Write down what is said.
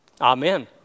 Amen